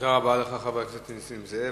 תודה רבה לך, חבר הכנסת נסים זאב.